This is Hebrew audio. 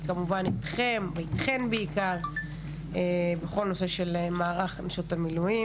והיא כמובן אתכם ואתכן בעיקר בכל נושא של מערך נשות המילואים,